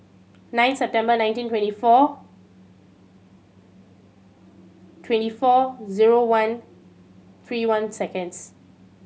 nine September nineteen twenty four twenty four zero one three one seconds